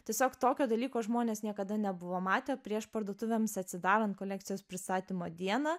tiesiog tokio dalyko žmonės niekada nebuvo matę prieš parduotuvėms atsidarant kolekcijos pristatymo dieną